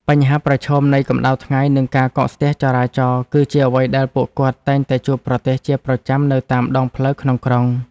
បញ្ហាប្រឈមនៃកម្ដៅថ្ងៃនិងការកកស្ទះចរាចរណ៍គឺជាអ្វីដែលពួកគាត់តែងតែជួបប្រទះជាប្រចាំនៅតាមដងផ្លូវក្នុងក្រុង។